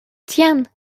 tiens